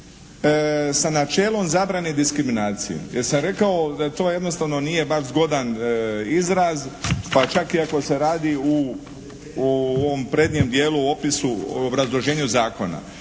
sa načelom zabrane diskriminacije jer sam rekao da to jednostavno nije baš zgodan izraz pa čak i ako se radi u ovom prednjem dijelu o opisu, u obrazloženju zakona.